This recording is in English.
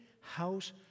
house